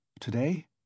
Today